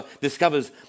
discovers